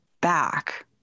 back